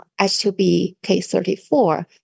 H2BK34